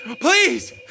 Please